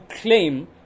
claim